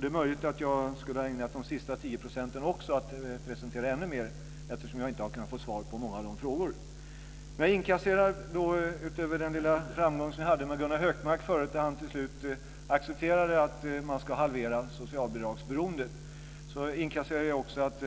Det är möjligt att jag skulle ha ägnat också de sista 10 procenten åt att presentera ännu mer, eftersom jag inte har kunnat få svar på många av frågorna. Utöver den lilla framgång som jag hade med Gunnar Hökmark förut, när han till slut accepterade att man ska halvera socialbidragsberoendet, inkasserar jag också att